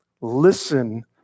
Listen